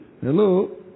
Hello